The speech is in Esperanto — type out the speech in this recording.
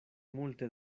multe